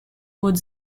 would